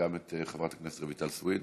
את חברת הכנסת רויטל סויד.